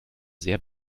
sehr